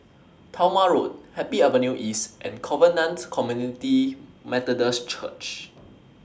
Talma Road Happy Avenue East and Covenant Community Methodist Church